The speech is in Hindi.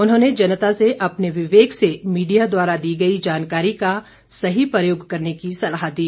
उन्होंने जनता से अपने विवेक से मीडिया दारा दी गई जानकारी का सही प्रयोग करने की सलाह दी